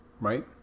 right